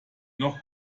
noch